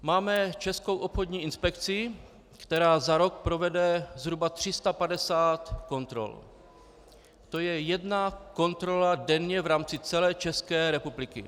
Máme Českou obchodní inspekci, která za rok provede zhruba 350 kontrol, to je jedna kontrola denně v rámci celé České republiky.